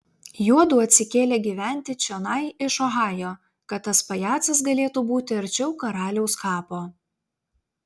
juodu atsikėlė gyventi čionai iš ohajo kad tas pajacas galėtų būti arčiau karaliaus kapo